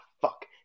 fuck